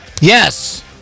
Yes